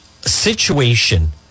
situation